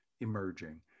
emerging